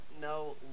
no